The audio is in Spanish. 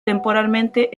temporalmente